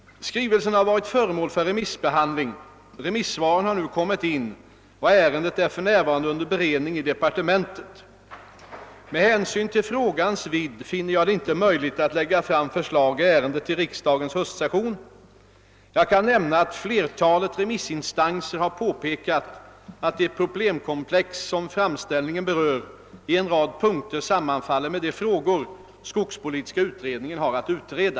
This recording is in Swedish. Skrivelsen har varit föremål för remissbehandling. Remissvaren har nu kommit in, och ärendet är för närvarande under beredning i departementet. Med hänsyn till frågans vidd finner jag det inte möjligt att lägga fram förslag i ärendet till riksdagens höstsession. Jag kan nämna att flertalet remissinstanser har påpekat att det problemkomplex, som framställningen berör, i en rad punkter sammanfaller med de frågor skogspolitiska utredningen har att utreda.